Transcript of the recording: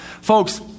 folks